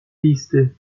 listy